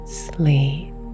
sleep